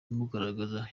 imugaragaza